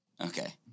Okay